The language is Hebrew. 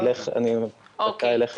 אני אלך אליו לוודא שהוא עולה.